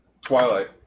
Twilight